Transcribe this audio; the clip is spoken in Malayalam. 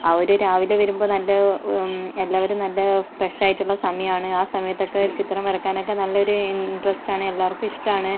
അവര് രാവിലെ വരുമ്പോൾ നല്ല എല്ലാവരും നല്ല ഫ്രഷായിട്ടുള്ള സമയമാണ് ആ സമയത്തൊക്കെ ചിത്രം വരക്കാനൊക്കെ നല്ലൊരു ഇൻട്രസ്റ്റാണ് എല്ലാവർക്കും ഇഷ്ട്ടമാണ്